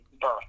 birth